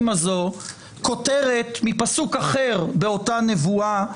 הזו כותרת מפסוק אחר באותה נבואה,